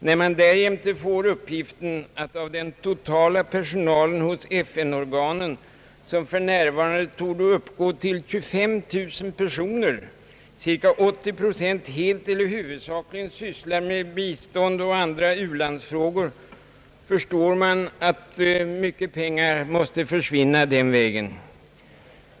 När man därjämte får uppgiften att av den totala personalen hos FN-organen, som för närvarande torde uppgå till 25 000 personer, cirka 80 procent helt eller huvudsakligen sysslar med bistånd och andra u-landsfrågor, förstår man att mycket pengar måste försvinna den vägen.